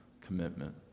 commitment